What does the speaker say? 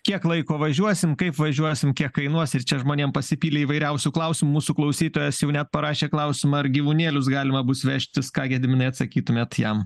kiek laiko važiuosim kaip važiuosim kiek kainuos ir čia žmonėm pasipylė įvairiausių klausimų mūsų klausytojas jau net parašė klausimą ar gyvūnėlius galima bus vežtis ką gediminai atsakytumėt jam